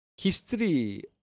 history